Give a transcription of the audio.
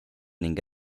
ning